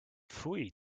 pfui